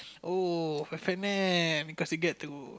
oh F-and-N cause you get to